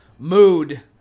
mood